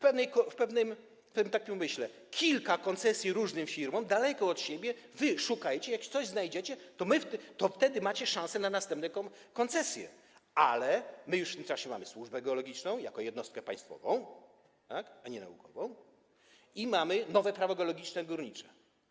Powiem tak: dać kilka koncesji różnym firmom, daleko od siebie, wy szukajcie, jak coś znajdziecie, to wtedy macie szansę na następne koncesje, ale my już w tym czasie mamy służbę geologiczną jako jednostkę państwową, a nie naukową, i mamy nowe Prawo geologiczne i górnicze.